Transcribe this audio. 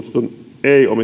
on